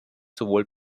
sowohl